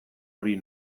hori